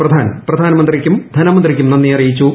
പ്രധാൻ പ്രധാനമന്ത്രിക്കും ധനമന്ത്രിക്കും നന്ദി അറിയിച്ചു